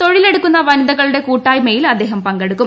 തൊഴിലെടുക്കുന്ന വനിതകളുട്ടെ കൂട്ടായ്മയിൽ അദ്ദേഹം പങ്കെടുക്കും